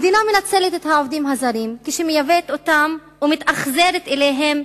המדינה מנצלת את העובדים הזרים כשהיא מייבאת אותם ומתאכזרת אליהם,